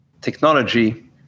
technology